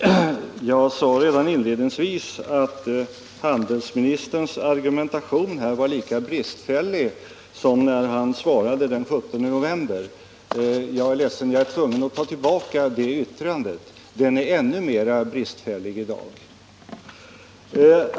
Herr talman! Jag sade redan inledningsvis att handelsministerns argumentation var lika bristfällig i dag som när han svarade Bengt Gustavsson den 17 november. Jag beklagar, men jag är tvungen att ta tillbaka det yttrandet, för jag har nu kunnat konstatera att argumentationen är ännu mera bristfällig i dag.